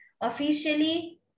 officially